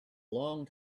long